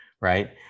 Right